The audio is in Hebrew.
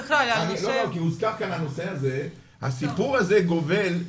לא, כי הוזכר כאן הנושא הזה, הסיפור הזה גובל,